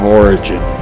origin